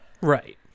Right